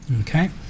Okay